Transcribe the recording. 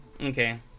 Okay